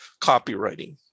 copywriting